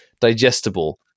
digestible